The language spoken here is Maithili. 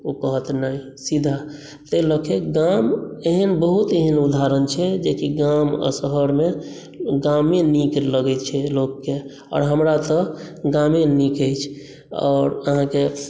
ओ कहत नहि सीधा ताहि लऽ के गाम एहन बहुत एहन उदहारण छै जेकि गाम आ शहरमे गामे नीक लगैत छै लोककेँ आओर हमरा तऽ गामे नीक अछि आओर अहाँकेँ